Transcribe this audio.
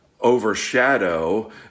overshadow